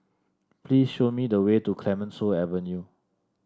please show me the way to Clemenceau Avenue